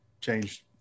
changed